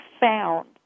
found